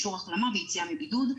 אישור החלמה ויציאה מבידוד,